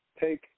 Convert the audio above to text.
take